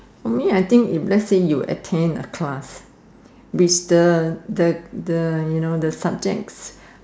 for me I think if let say you attend a class which the the the you know the subjects